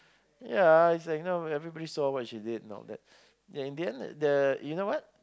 ya it's like you know everybody saw what she did and all that ya in the end like the you know what